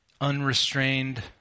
unrestrained